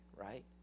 right